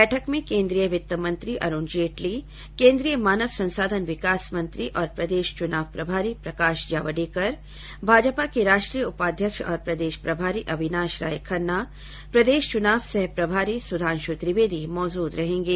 बैठक में केन्द्रीय वित्त मंत्री अरूण जेटली केन्द्रीय मानव संसाधन विकास मंत्री और प्रदेश चुनाव प्रभारी प्रकाश जावड़ेकर भाजपा के राष्ट्रीय उपाध्यक्ष और प्रदेश प्रभारी अविनाश राय खन्ना प्रदेश चुनाव सह प्रभारी सुधांश त्रिवेदी मौजूद रहेंगे